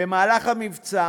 במהלך המבצע